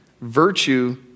virtue